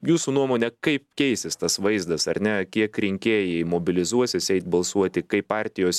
jūsų nuomone kaip keisis tas vaizdas ar ne kiek rinkėjai mobilizuosis eit balsuoti kaip partijos